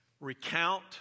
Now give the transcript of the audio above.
recount